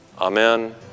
Amen